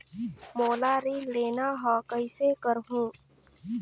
मोला ऋण लेना ह, कइसे करहुँ?